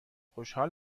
خوشحال